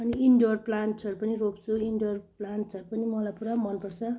अनि इन्डोर प्लान्टहरू पनि रोप्छु इन्डोर प्लान्ट्सहरू पनि मलाई पुरा मनपर्छ